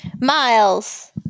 Miles